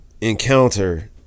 Encounter